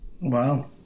wow